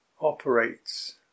operates